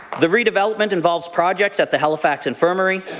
the redevelopment involves projects at the halifax infirmary,